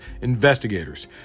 investigators